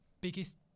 biggest